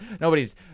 nobody's